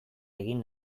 egin